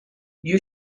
you